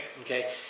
Okay